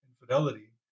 infidelity